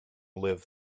live